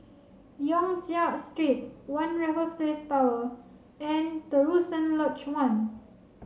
Yong Siak Street One Tower and Terusan Lodge One